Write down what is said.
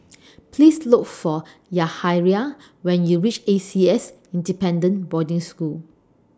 Please Look For Yahaira when YOU REACH A C S Independent Boarding School